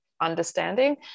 understanding